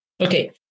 Okay